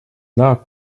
not